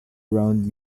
round